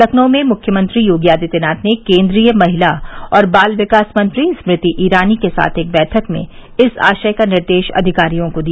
लखनऊ में मुख्यमंत्री योगी आदित्यनाथ ने केन्द्रीय महिला और बाल विकास मंत्री स्मृति ईरानी के साथ एक बैठक में इस आशय का निर्देश अधिकारियों को दिया